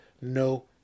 no